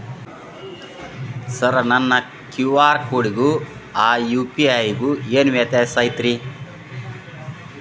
Sir ನನ್ನ QR ಕೊಡಿಗೂ ಆ ಯು.ಪಿ.ಐ ಗೂ ಏನ್ ವ್ಯತ್ಯಾಸ ಐತ್ರಿ?